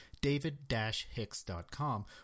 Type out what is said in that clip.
david-hicks.com